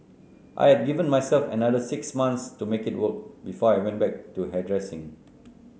I had given myself another six months to make it work before I went back to hairdressing